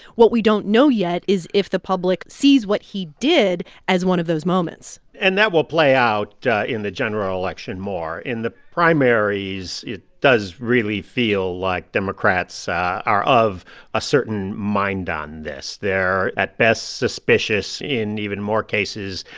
what we don't know yet is if the public sees what he did as one of those moments and that will play out in the general election more. in the primaries, it does really feel like democrats ah are of a certain mind on this. they're, at best, suspicious. in even more cases,